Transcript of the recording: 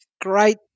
great